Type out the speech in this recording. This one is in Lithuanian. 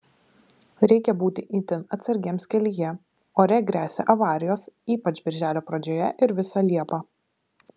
reikia būti itin atsargiems kelyje ore gresia avarijos ypač birželio pradžioje ir visą liepą